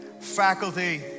faculty